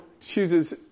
chooses